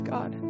God